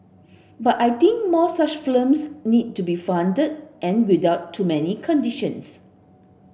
but I think more such films need to be funded and without too many conditions